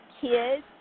kids